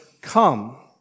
come